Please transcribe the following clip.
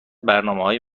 برنامههای